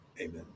Amen